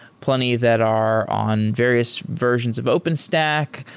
plenty that are on various versions of openstack.